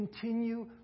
continue